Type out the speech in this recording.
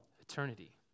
eternity